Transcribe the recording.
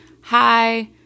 Hi